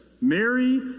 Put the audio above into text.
Mary